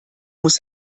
muss